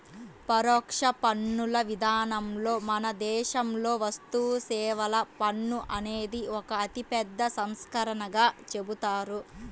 పరోక్ష పన్నుల విధానంలో మన దేశంలో వస్తుసేవల పన్ను అనేది ఒక అతిపెద్ద సంస్కరణగా చెబుతారు